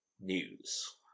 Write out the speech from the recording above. News